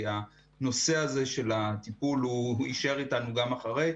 כי הנושא הזה של הטיפול יישאר איתנו גם אחרי.